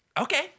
Okay